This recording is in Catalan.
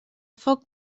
foc